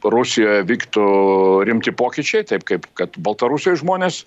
rusijoje vyktų rimti pokyčiai taip kaip kad baltarusijoj žmonės